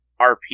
RP